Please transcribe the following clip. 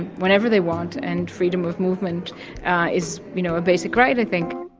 whenever they want, and freedom of movement is, you know, a basic right, i think